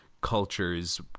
cultures